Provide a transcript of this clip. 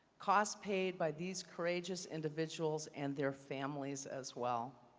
costs paid by these courageous individuals and their families as well.